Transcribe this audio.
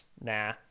nah